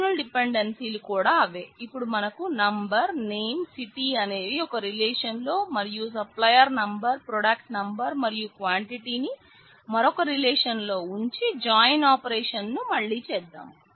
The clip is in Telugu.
ఫంక్షనల్ డిపెండెన్సీ లు కూడా అవే ఇపుడు మనకు నంబర్ నేమ్ సిటీ అనేవి ఒక రిలేషన్ లో మరియు సప్లయర్ నంబర్ ప్రొడక్ట్ నంబర్ మరియు క్వాంటిటీ ని మరొక రిలేషన్ లో ఉంచి జాయిన్ ఆపరేషన్ ను మళ్ళీ చేద్దాం